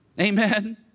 Amen